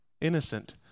innocent